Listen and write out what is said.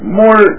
more